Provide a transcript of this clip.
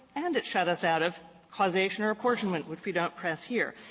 and it shut us out of causation or apportionment, which we don't press here.